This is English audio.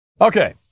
Okay